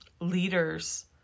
leaders